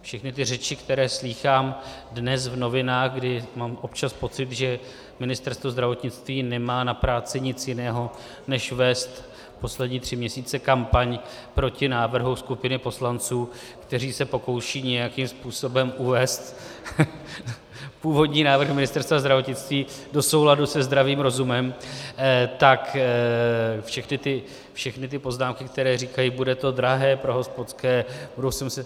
Všechny ty řeči, které slýchám dnes v novinách, kdy mám občas pocit, že Ministerstvo zdravotnictví nemá na práci nic jiného než vést poslední tři měsíce kampaň proti návrhu skupiny poslanců, kteří se pokoušejí nějakým způsobem uvést původní návrh Ministerstva zdravotnictví do souladu se zdravým rozumem, tak všechny poznámky, které říkají: Bude to drahé pro hospodské, budou si muset...